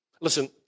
Listen